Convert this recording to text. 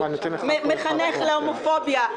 מחנך להומופוביה,